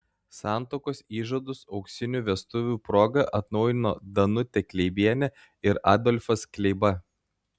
santuokos įžadus auksinių vestuvių proga atnaujino danutė kleibienė ir adolfas kleiba